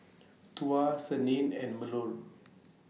Tuah Senin and Melur